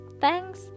Thanks